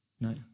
No